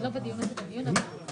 זה לא המשרד לאיכות הסביבה.